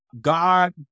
God